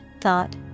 thought